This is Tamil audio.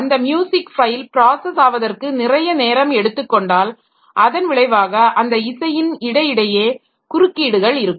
அந்த மியூசிக் ஃபைல் ப்ராஸஸ் ஆவதற்கு நிறைய நேரம் எடுத்துக் காெண்டால் அதன் விளைவாக அந்த இசையின் இடையிடையே குறுக்கீடுகள் இருக்கும்